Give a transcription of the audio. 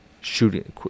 shooting